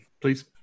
Please